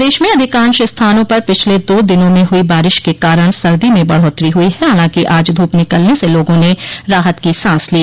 प्रदेश में अधिकांश स्थानों पर पिछले दो दिनों में हुई बारिश के कारण सर्दी में बढ़ोत्तरी हुई है हालांकि आज धूप निकलने से लोगों ने राहत की सांस ली